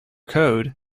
code